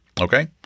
Okay